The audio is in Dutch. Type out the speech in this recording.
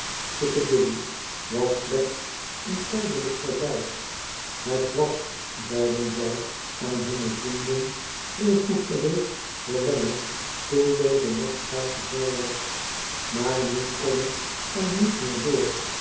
piccadilly was slechts een tijdelijk verblijf het was zeiden zij aan hunne vrienden heel goed geweest voor lammie toen deze nog vrijgezel was maar nu kon het er niet meer door